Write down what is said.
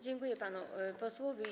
Dziękuję panu posłowi.